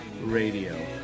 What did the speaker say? Radio